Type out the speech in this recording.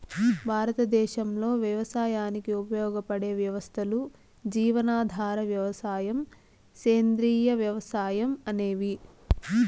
భారతదేశంలో వ్యవసాయానికి ఉపయోగపడే వ్యవస్థలు జీవనాధార వ్యవసాయం, సేంద్రీయ వ్యవసాయం అనేవి